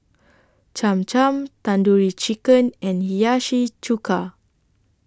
Cham Cham Tandoori Chicken and Hiyashi Chuka